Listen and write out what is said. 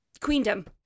queendom